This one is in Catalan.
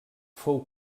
fou